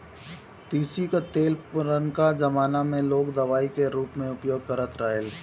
तीसी कअ तेल पुरनका जमाना में लोग दवाई के रूप में उपयोग करत रहे